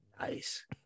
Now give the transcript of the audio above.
Nice